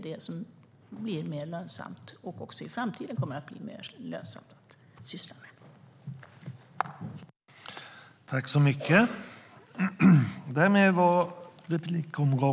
Det är det som i framtiden kommer att vara mer lönsamt att syssla med.